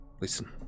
listen